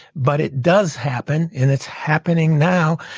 but it does happen. and it's happening now.